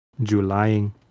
Julying